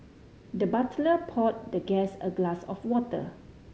the butler poured the guest a glass of water